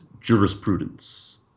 jurisprudence